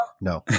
No